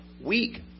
week